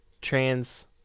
trans